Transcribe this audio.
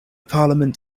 parliament